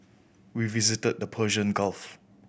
we visited the Persian Gulf